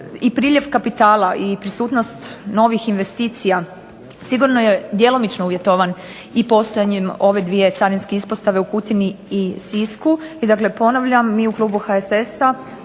i priljev kapitala i prisutnost novih investicija sigurno je djelomično uvjetovan i postojanjem ove dvije carinske ispostave u Kutini i Sisku i dakle ponavljam, mi u klubu HSS-a